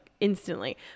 instantly